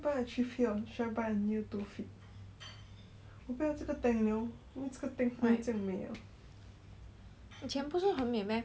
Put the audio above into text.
以前不是很美 meh